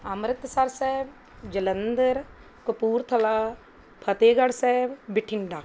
Amritsar Sahib Jalandhar Kapurthala Fatehgarh Sahib Bathinda